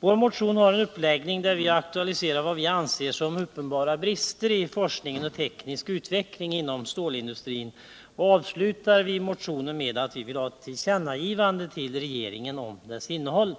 vår motion har vi aktualiserat vad vi anser vara uppenbara brister i forskning och teknisk utveckling inom stålindustrin. Vi avslutar motionen med en hemställan om ett tillkännagivande av dess innehåll till regeringen.